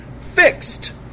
fixed